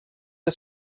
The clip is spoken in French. est